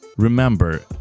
Remember